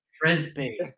Frisbee